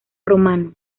romano